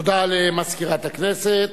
תודה למזכירת הכנסת.